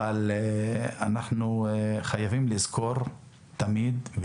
אבל אנחנו חייבים לזכור תמיד,